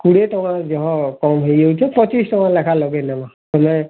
କୁଡ଼ିଏ ଟଙ୍କାରେ ଜହ କମ୍ ହେଇଯାଉଛେ ପଚିଶ୍ ଟଙ୍କା ଲେଖାଁ ଲଗେଇ ଦେମା ତୁମେ